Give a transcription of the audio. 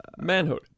Manhood